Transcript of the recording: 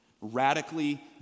radically